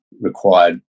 required